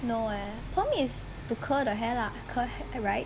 no eh perm is to curl the hair lah cu~ right